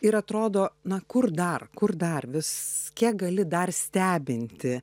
ir atrodo na kur dar kur dar vis kiek gali dar stebinti